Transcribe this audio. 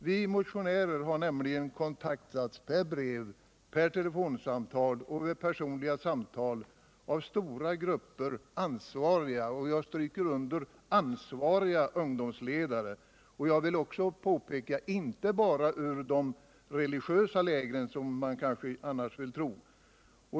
Vi motionärer har nämligen kontaktats per brev och per telefon och vi har haft personliga samtal med stora grupper ansvariga, jag stryker under ansvariga, ungdomsledare. Jag vill också påpeka att de inte bara kommer ur de religiösa lägren, som man kanske annars vill tro.